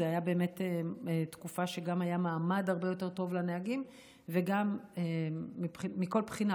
זאת הייתה באמת תקופה שגם היה מעמד הרבה יותר טוב לנהגים מכל בחינה,